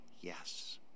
yes